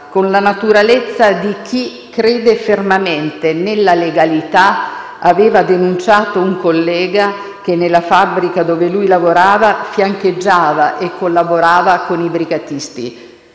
con la naturalezza di chi crede fermamente nella legalità, aveva denunciato un collega che, nella fabbrica dove lui lavorava, fiancheggiava e collaborava con i brigatisti.